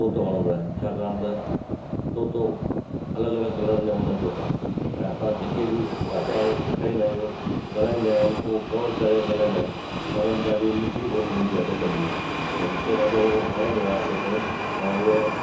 तोतो वणंदो आहे छाकाणि त तोतो अलॻि अलॻि कलरनि जा हूंदा आहिनि तोता ऐं असां जेके बि भाषा उ खे सेखाईंदा आहियूं ॻाल्हाईंदा आहिनि उहो कवर करे ॻाल्हाईंदा आहिनि ऐं उन्हनि जी ॾाढी मिठड़ी ॿोली हूंदी आहे तोतनि जी त मूंखे ॾाढो वणंदो आहे तोतो ऐं हूअ